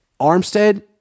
Armstead